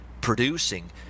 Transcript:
producing